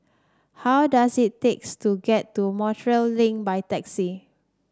how does it takes to get to Montreal Link by taxi